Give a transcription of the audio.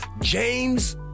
James